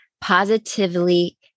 positively